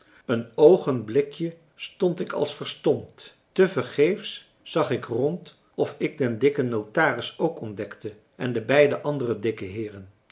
een oogenblikje stond ik als verstomd tevergeefs zag ik rond of ik den dikken notaris ook ontdekte en de beide andere dikke heeren